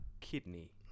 kidney